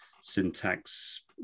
syntax